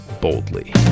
boldly